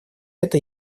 это